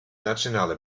nationale